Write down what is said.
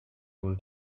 able